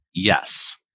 Yes